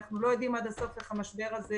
אנחנו לא יודעים עד הסוף איך המשבר הזה